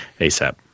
ASAP